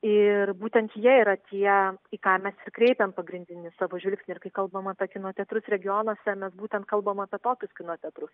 ir būtent jie yra tie į ką mes ir kreipiam pagrindinį savo žvilgsnį ir kai kalbam apie kino teatrus regionuose mes būtent kalbam apie tokius kino teatrus